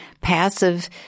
passive